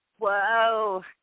whoa